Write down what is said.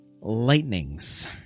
Lightnings